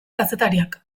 kazetariak